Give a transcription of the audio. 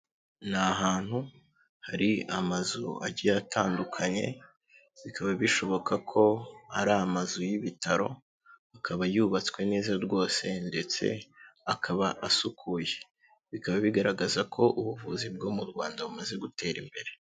Ni ahantu hari amazu agiye atandukanye, bikaba bishoboka ko ari amazu y'ibitaro, akaba yubatswe neza rwose ndetse akaba asukuye. Bikaba bigaragaza ko ubuvuzi bwo mu Rwanda bumaze gutera imbere.